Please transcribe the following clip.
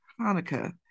hanukkah